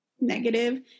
negative